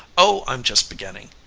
oh, i'm just beginning!